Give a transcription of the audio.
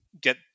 get